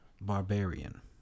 barbarian